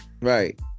right